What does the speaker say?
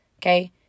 Okay